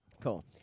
Cool